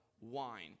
wine